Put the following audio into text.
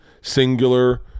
singular